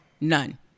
None